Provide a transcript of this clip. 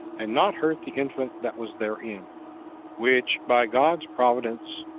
and not hurt the infant that was therein, which, by god's providence,